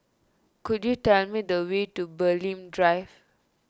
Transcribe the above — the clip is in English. could you tell me the way to Bulim Drive